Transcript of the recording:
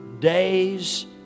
days